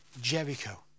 Jericho